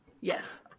Yes